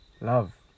love